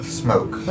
smoke